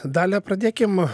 dalia pradėkim